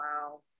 wow